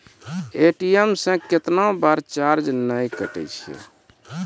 ATM से कैतना बार चार्ज नैय कटै छै?